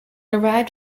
arrived